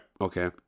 okay